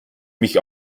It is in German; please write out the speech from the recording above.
mich